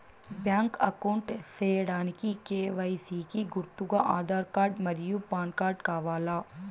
Bank account సేయడానికి KYC కి గుర్తుగా ఆధార్ కార్డ్ మరియు పాన్ కార్డ్ కావాలా?